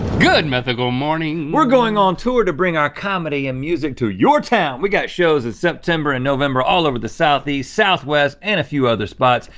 good mythical morning we're going on tour to bring our comedy and music to your town! we got shows at september and november all over the southeast, southwest, and a few other spots.